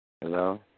Hello